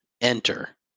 enter